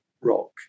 rock